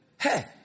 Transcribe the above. Hey